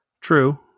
True